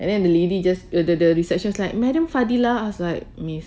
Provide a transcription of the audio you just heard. and then the lady just th~ the reception's like madam fadilah I was like miss